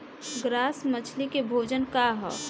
Grass मछली के भोजन का ह?